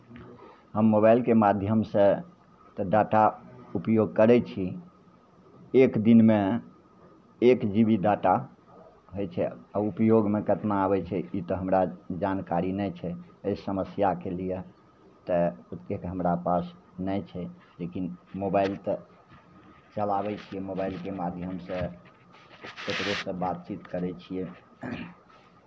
हम मोबाइलके माध्यमसँ तऽ डाटा उपयोग करै छी एक दिनमे एक जी बी डाटा होइ छै उपयोगमे केतना आबै छै ई तऽ हमरा जानकारी नहि छै एहि समस्याके लिए तऽ एतेक हमरा पास नहि छै लेकिन मोबाइल तऽ चलाबै छियै मोबाइलके माध्यमसँ ककरोसँ बातचीत करै छियै